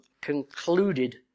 concluded